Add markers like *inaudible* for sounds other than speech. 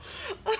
*laughs*